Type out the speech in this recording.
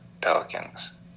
Pelicans